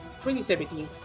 2017